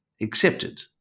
accepted